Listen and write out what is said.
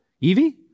Evie